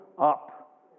up